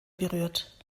berührt